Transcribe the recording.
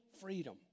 freedom